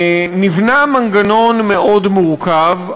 נבנה מנגנון מאוד מורכב,